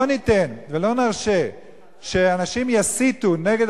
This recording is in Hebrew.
לא ניתן ולא נרשה שאנשים יסיתו נגד